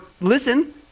listen